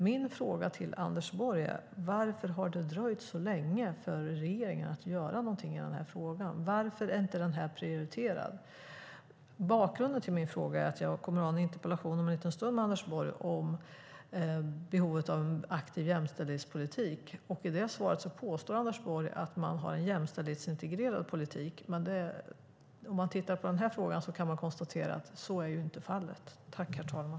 Min fråga till Anders Borg är: Varför har det dröjt så länge för regeringen att göra någonting i den här frågan, och varför är den inte prioriterad? Bakgrunden till min fråga är att jag kommer att ha en interpellationsdebatt med Anders Borg om en liten stund om behovet av en aktiv jämställdhetspolitik. I det svaret påstår Anders Borg att man har en jämställdhetsintegrerad politik. Men om man tittar på den här frågan kan man konstatera att så inte är fallet.